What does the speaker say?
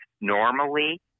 Normally